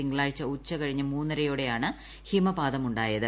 തിങ്കളാഴ്ച ഉച്ചകഴിഞ്ഞ് മൂന്നോടെയാണു ഹിമപാതമുണ്ടായത്